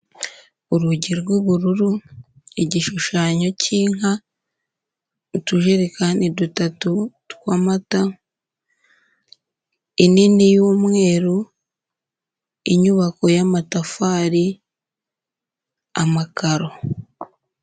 Urugi rw'ubururu, igishushanyo cy'inka, utujerekani dutatu tw'amata, inini y'umweru, inyubako y'amatafari, amakaro.